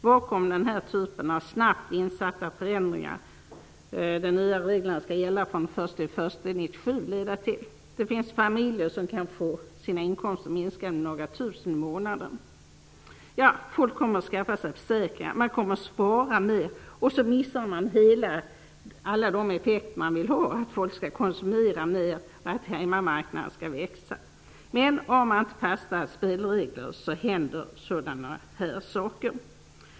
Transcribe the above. Vad kommer denna typ av snabbt insatta förändringar - de nya reglerna skall gälla från den 1 januari 1997 - att leda till? En del familjer kan få sina inkomster minskade med några tusen kronor i månaden. Folk kommer ju att skaffa sig försäkringar och att spara mera. Därmed missar man den effekt som man vill uppnå, nämligen att folk skall konsumera mera och att hemmamarknaden skall växa. Finns det inte fasta spelregler händer sådana saker.